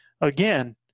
again